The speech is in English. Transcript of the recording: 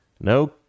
No